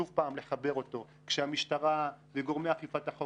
שוב פעם לחבר אותו כשהמשטרה וגורמי אכיפת החוק